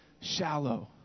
shallow